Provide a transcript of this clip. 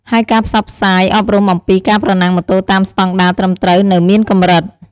ហើយការផ្សព្វផ្សាយអប់រំអំពីការប្រណាំងម៉ូតូតាមស្តង់ដារត្រឹមត្រូវនៅមានកម្រិត។